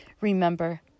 Remember